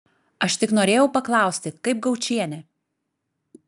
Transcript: aš tik norėjau paklausti kaip gaučienė